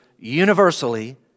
universally